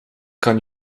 kan